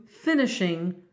finishing